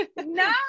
no